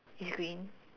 is green